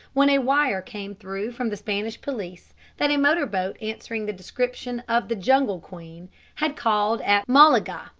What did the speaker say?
when a wire came through from the spanish police that a motor-boat answering the description of the jungle queen had called at malaga,